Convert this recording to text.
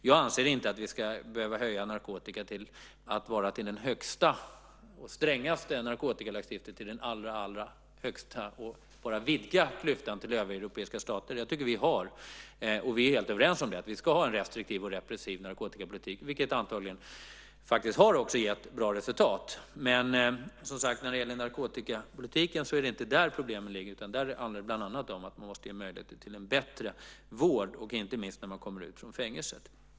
Vi ska inte behöva höja narkotika till att vara den högsta och strängaste narkotikalagstiftningen och vidga klyftan till övriga Europeiska stater. Jag tycker att vi har - och vi är överens om att vi ska ha - en restriktiv och repressiv narkotikapolitik. Det har antagligen också gett bra resultat. När det gäller narkotikapolitiken är det inte där problemen ligger utan det handlar bland annat om att man måste ges möjlighet till bättre vård, inte minst när man kommer ut från fängelset.